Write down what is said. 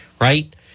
right